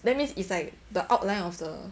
that means it's like the outline of the